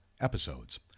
episodes